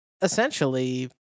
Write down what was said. essentially